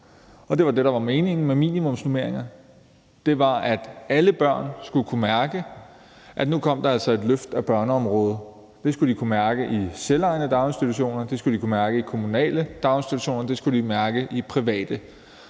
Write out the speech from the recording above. Det var også det, der var meningen med minimumsnormeringerne, altså at alle børn skulle kunne mærke, at der nu kom et løft af børneområdet. Det skulle de kunne mærke i de selvejende daginstitutioner, det skulle de kunne mærke i de kommunale daginstitutioner, og det skulle de kunne mærke i de private